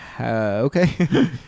Okay